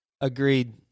Agreed